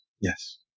yes